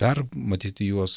permatyti juos